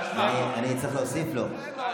אני אצטרך להוסיף לו.